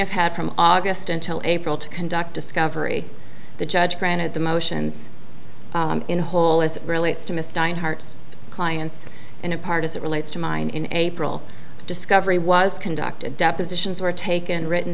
ff had from august until april to conduct discovery the judge granted the motions in whole as it relates to miss dion hearts clients in a part as it relates to mine in april discovery was conducted depositions were taken written